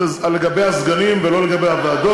נושא הדיון היום זה הסגנים ולא הוועדות.